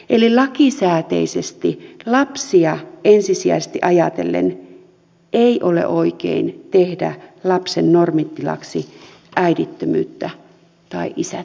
eli lakisääteisesti lapsia ensisijaisesti ajatellen ei ole oikein tehdä lapsen normitilaksi äidittömyyttä tai isättömyyttä